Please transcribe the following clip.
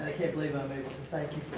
can't believe i'm able to thank you